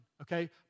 okay